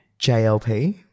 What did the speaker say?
JLP